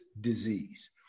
disease